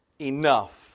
enough